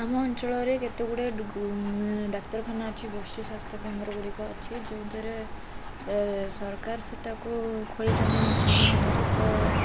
ଆମ ଅଞ୍ଚଳରେ କେତେ ଗୁଡ଼ାଏ ଡୁଗୁ ଡ଼ାକ୍ତରଖାନା ଅଛି ଗୋଷ୍ଠି ସ୍ବାସ୍ଥ୍ୟକେନ୍ଦ୍ର ଗୁଡ଼ିକ ଅଛି ଯେଉଁଥିରେ ସରକାର ସେଇଟାକୁ ଖୋଲିଛନ୍ତି ନିଶ୍ଚିନ୍ତ ଭାବରେ ତ